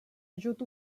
ajut